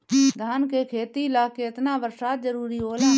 धान के खेती ला केतना बरसात जरूरी होला?